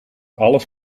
alles